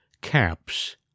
caps